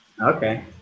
Okay